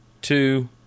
two